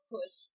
Push